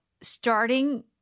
starting